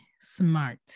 smart